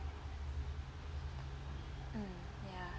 mm ya